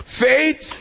Faith